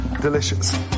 delicious